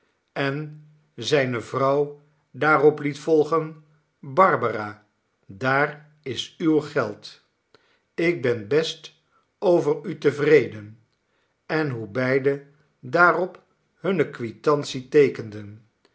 en zijne vrouw daarop liet volgen barbara daar is uw geld ik ben best over u tevreden en hoe beide daarop hunne quitantie teekenden